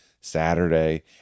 Saturday